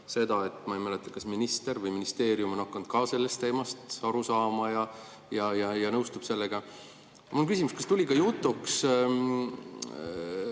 seda, et ma ei mäleta, kas minister või ministeerium on hakanud sellest teemast aru saama ja nõustub sellega –, siis kas tulid jutuks